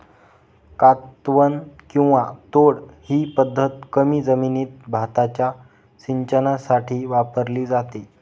कातवन किंवा तोड ही पद्धत कमी जमिनीत भाताच्या सिंचनासाठी वापरली जाते